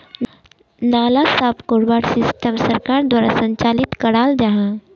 नाला साफ करवार सिस्टम सरकार द्वारा संचालित कराल जहा?